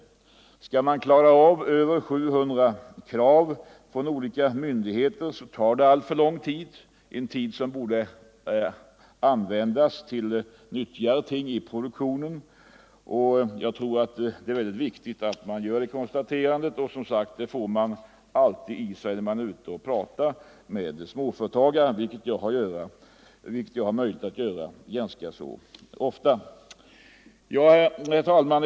Skall man klara av över 700 krav från olika myndigheter tar det alltför lång tid, en tid som bort användas till nyttigare ting i produktionen. Jag tror det är väldigt viktigt att man gör detta konstaterande. Det får man för övrigt alltid bekräftat när man är ute och talar med småföretagare, vilket jag har möjlighet att göra ganska ofta. Herr talman!